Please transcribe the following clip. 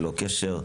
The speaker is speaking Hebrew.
ללא קשר,